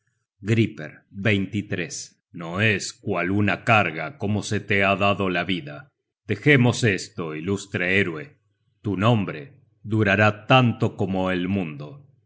griper no es cual una carga como te se ha dado la vida dejemos esto ilustre héroe tu nombre durará tanto como el mundo